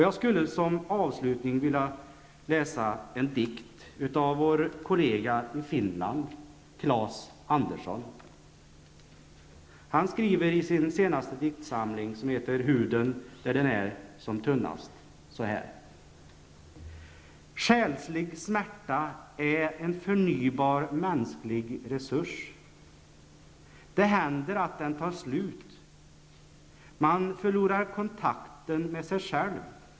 Jag skulle som avslutning vilja läsa en dikt av vår kollega i Finland, Claes Andersson. Han skriver i sin senaste diktsamling som heter ''Huden där den är som tunnast'' följande: Själslig smärta är en förnybar mänsklig resurs. Det händer att den tar slut. Man förlorar kontakten med sig själv.